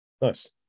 Nice